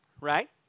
right